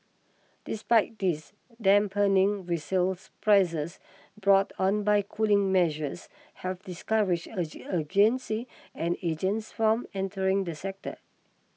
despite this dampening resales prices brought on by cooling measures have discouraged agency and agents from entering the sector